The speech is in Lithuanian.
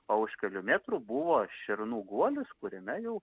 o už kelių metrų buvo šernų guolis kuriame jau